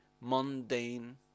mundane